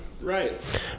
right